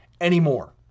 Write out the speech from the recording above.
anymore